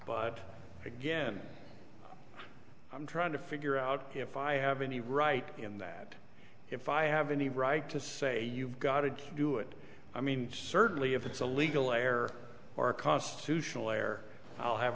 but again i'm trying to figure out if i have any right in that if i have any right to say you've got to do it i mean certainly if it's a legal error or a constitutional lawyer i'll have